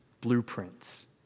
blueprints